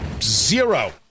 zero